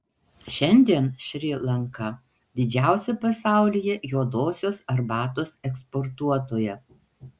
šiandien šri lanka didžiausia pasaulyje juodosios arbatos eksportuotoja